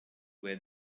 where